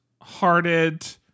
hearted